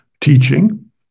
teaching